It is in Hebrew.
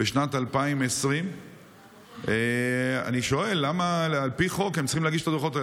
בשנת 2020. אני שואל: על פי החוק הם צריכים להגיש את הדוחות.